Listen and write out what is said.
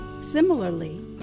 Similarly